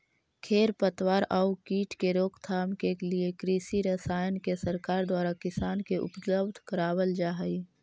खेर पतवार आउ कीट के रोकथाम के लिए कृषि रसायन के सरकार द्वारा किसान के उपलब्ध करवल जा हई